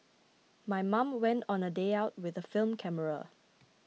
my mom went on a day out with a film camera